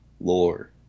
lore